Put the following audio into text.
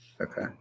Okay